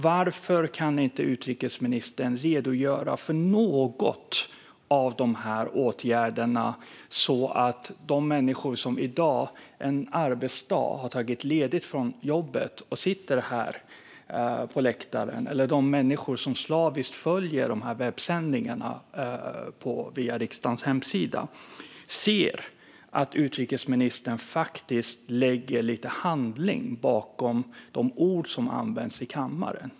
Varför kan inte utrikesministern redogöra för någon av dessa åtgärder så att de människor som i dag, en arbetsdag, har tagit ledigt från jobbet och sitter här på läktaren eller de människor som slaviskt följer webbsändningarna via riksdagens hemsida kan se att utrikesministern faktiskt lägger lite handling bakom de ord som används i kammaren?